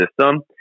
system